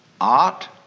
art